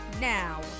Now